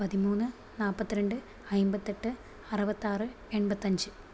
പതിമൂന്ന് നാൽപ്പത്തിരണ്ട് അൻപത്തെട്ട് അറുപത്താറ് എണ്പത്തഞ്ച്